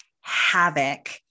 havoc